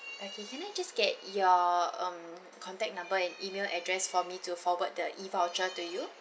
okay can I just get your um contact number and email address for me to forward the E voucher to you